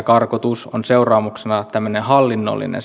karkotus on seuraamuksena pikemminkin tämmöinen hallinnollinen